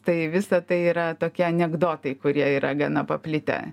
tai visa tai yra tokie anekdotai kurie yra gana paplitę